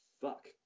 fuck